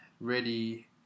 ready